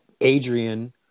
Adrian